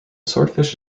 swordfish